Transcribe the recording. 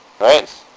Right